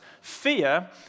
Fear